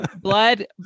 Blood